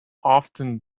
often